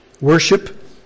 Worship